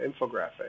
infographic